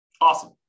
Awesome